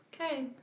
Okay